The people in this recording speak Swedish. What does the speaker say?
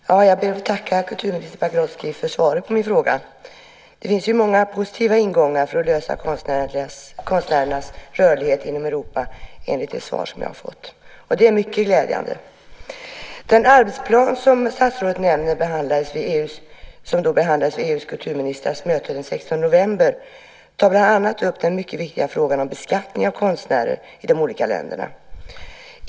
Herr talman! Jag ber att få tacka kulturminister Pagrotsky för svaret på min fråga. Det finns enligt det svar som jag har fått många positiva ingångar för att lösa frågan om konstnärernas rörlighet inom Europa. Detta är mycket glädjande. I den arbetsplan som statsrådet nämner och som behandlades vid EU:s kulturministermöte den 16 november tar man bland annat upp den mycket viktiga frågan om beskattning av konstnärer i de olika länderna.